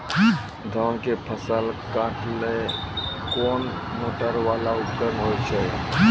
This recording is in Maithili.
धान के फसल काटैले कोन मोटरवाला उपकरण होय छै?